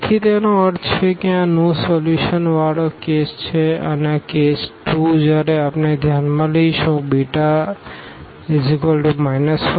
તેથી તેનો અર્થ એ કે આ નો સોલ્યુશન વારો કેસ છે અને કેસ 2 જ્યારે આપણે ધ્યાનમાં લઈશું β 1